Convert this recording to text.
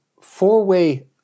four-way